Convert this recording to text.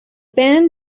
band